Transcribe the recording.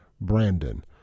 Brandon